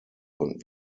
konnten